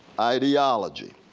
ideology,